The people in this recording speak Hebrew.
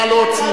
נא להוציא.